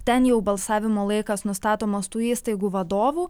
ten jau balsavimo laikas nustatomas tų įstaigų vadovų